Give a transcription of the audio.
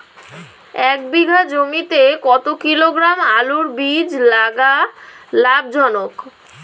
এক বিঘা জমিতে কতো কিলোগ্রাম আলুর বীজ লাগা লাভজনক?